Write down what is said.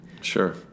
Sure